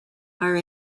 are